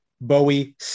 Bowie